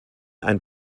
ein